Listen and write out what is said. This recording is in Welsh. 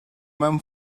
mewn